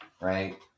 Right